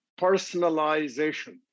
personalization